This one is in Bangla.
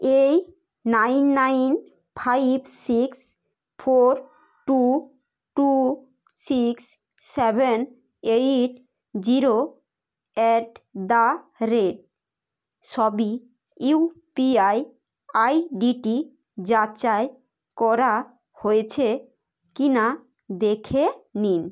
এই nine nine five six four two two six seven eight zero at the rate সবই ইউপিআই আইডিটি যাচাই করা হয়েছে কি না দেখে নিন